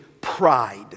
pride